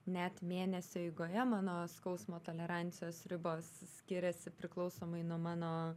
net mėnesio eigoje mano skausmo tolerancijos ribos skiriasi priklausomai nuo mano